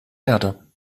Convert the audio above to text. erde